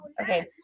Okay